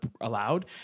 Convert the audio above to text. allowed